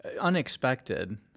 Unexpected